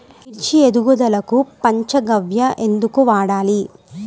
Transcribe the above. మిర్చి ఎదుగుదలకు పంచ గవ్య ఎందుకు వాడాలి?